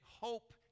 hope